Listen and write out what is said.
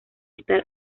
estar